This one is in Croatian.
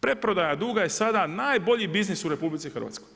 Preprodaj duga je sada najbolji biznis u RH.